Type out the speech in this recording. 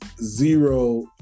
zero